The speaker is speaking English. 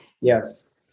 Yes